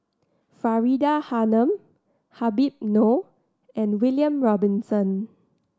Faridah Hanum Habib Noh and William Robinson